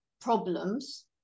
problems